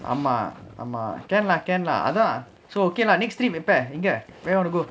ஆமா ஆமா:aamaa aamaa can lah can lah ஆதான்:athaan so okay lah next trip எங்க எப்ப:engga eppa where you want to go